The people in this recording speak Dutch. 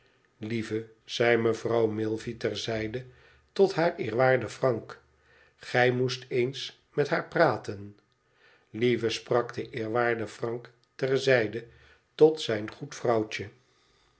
lieve zei mevrouw milveyter zijde tot haar eerwaarden frank gij moest eens met haar praten lieve sprak de eerwaarde frank ter zijde tot zijn goed vrouwtje